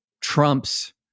Trump's